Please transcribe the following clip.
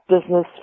business